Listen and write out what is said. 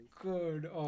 good